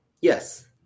Yes